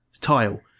tile